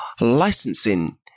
licensing